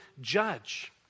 judge